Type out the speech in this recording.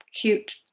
cute